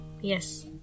Yes